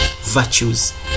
virtues